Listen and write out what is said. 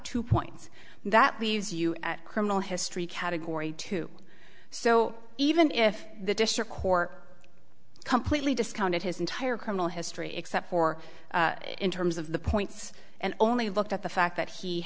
two points that leaves you at criminal history category two so even if the district court completely discounted his entire criminal history except for in terms of the points and only looked at the fact that he